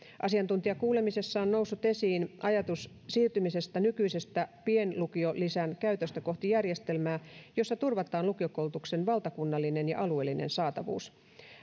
asiantuntijakuulemisessa on noussut esiin ajatus siirtymisestä nykyisestä pienlukiolisän käytöstä kohti järjestelmää jossa turvataan lukiokoulutuksen valtakunnallinen ja alueellinen saatavuus